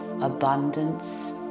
abundance